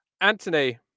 Anthony